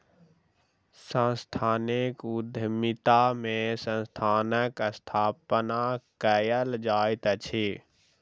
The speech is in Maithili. सांस्थानिक उद्यमिता में संस्थानक स्थापना कयल जाइत अछि